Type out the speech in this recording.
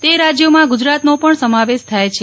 તે રાજ્યોમાં ગુજરાતનો સમાવેશ થાય છે